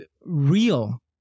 real